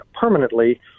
permanently –